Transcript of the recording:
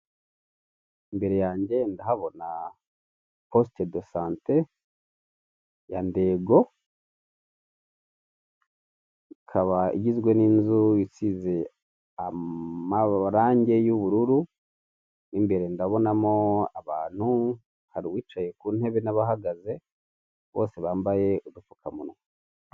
Imbere yanjye ndahabona posite dosante ya Ndego, ikaba igizwe n'inzu isize amarange y'ubururu. Mu imbere ndabonamo abantu, hari uwicaye ku ntebe n'abahagaze bose bambaye udupfukamunwa.